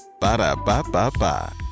Ba-da-ba-ba-ba